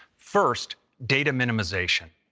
first, data minimization.